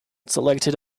selected